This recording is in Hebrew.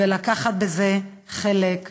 ולקחת בזה חלק פעיל.